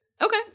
Okay